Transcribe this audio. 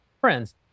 friends